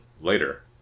later